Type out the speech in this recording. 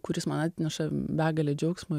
kuris man atneša begalę džiaugsmo